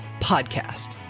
Podcast